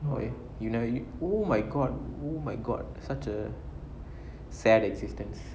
eh you never oh my god oh my god such a sad existence